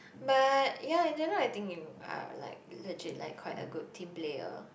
but ya in general I think you are like legit like quite a good team player